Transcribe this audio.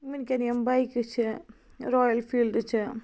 وٕنکٮ۪ن یِم بایکہٕ چھِ رایل فیلڈٕ چھِ